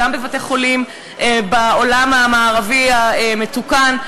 גם בבתי-חולים בעולם המערבי המתוקן.